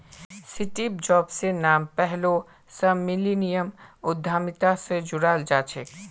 Steve जॉब्सेर नाम पैहलौं स मिलेनियम उद्यमिता स जोड़ाल जाछेक